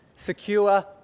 secure